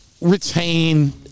retain